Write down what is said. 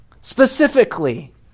Specifically